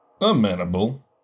Amenable